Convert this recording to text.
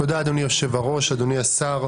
תודה, אדוני היושב-ראש, אדוני השר.